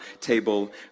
table